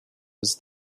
was